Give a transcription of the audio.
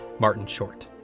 martin short.